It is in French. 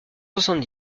soixante